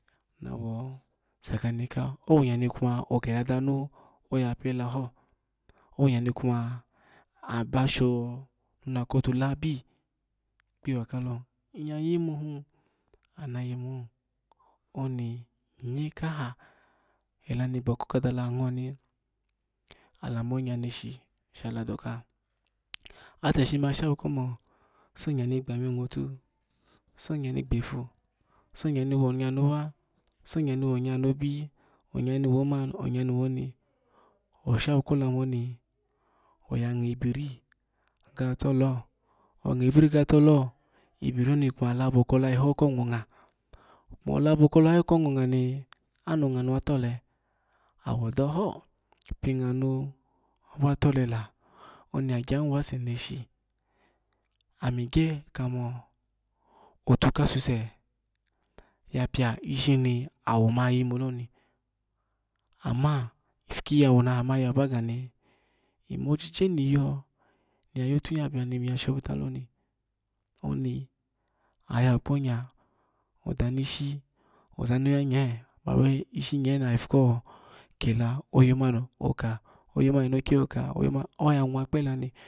Nawo sakani ka owo nya mo kela danu oyapwola ho, owonya na ba sho nuna kotulabi kpiyiwa kalo nyya yimuhin anu yayimu hi oni nye kaha ela ni gboko kha dala ango ni ala mo nya neshi shala doka, ase shishini ba shawo ko so nya ni gbome ngwtu so nya ni gbefu sonyani wo nya nowa so nya ni wonya nobi onyani woma onya ni woni oshawu kola mu oni oya ngwo biri gatole ho bgwi biri gatole ho ibri kamani ya labo kolayi ho ko ngwo ngwo no labo kola yi ho ko ngw ngwo mi anu ngunu watole, awo daw pini ngw mu wa tole la oni agyohin wasensshi ami agya kha mo otu kasusu ya pia ishini owo ma yimu loni ama ifu iyawu nana ma yeba gani ny mo jije miya yotu hin ya bia niye ya shobita loni oni oya yawu kponya odanu ishi. oza no ya ishi nye bawe ishinye oya ifu ko kela oyomani oka oyo mani enowiki oka oya nwa